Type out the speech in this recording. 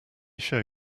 show